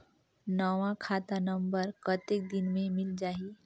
नवा खाता नंबर कतेक दिन मे मिल जाही?